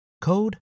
code